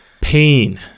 pain